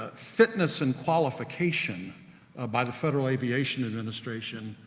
ah fitness and qualification ah by the federal aviation administration,